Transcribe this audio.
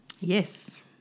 Yes